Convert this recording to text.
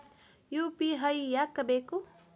UPI ಯಾಕ್ ಬೇಕು?